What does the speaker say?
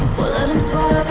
well let em swallow